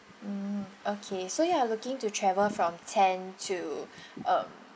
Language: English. mm okay so you are looking to travel from ten to um